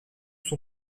son